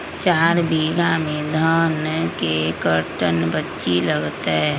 चार बीघा में धन के कर्टन बिच्ची लगतै?